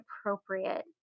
appropriate